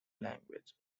language